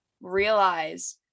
realize